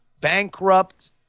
bankrupt